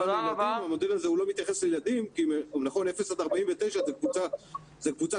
המודל הזה לא מתייחס לילדים כי אפס עד 49 זו קבוצה גדולה,